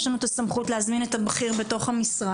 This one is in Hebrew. יש לנו סמכות להזמין את הבכיר במשרד,